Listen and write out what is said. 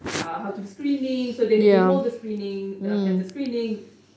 uh how to do screening so they hold the screening the cancer screening